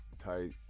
Tight